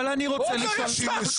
אבל אני רוצה לשאול --- הוא עוד לא יצא.